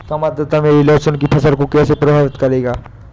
कम आर्द्रता मेरी लहसुन की फसल को कैसे प्रभावित करेगा?